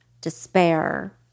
despair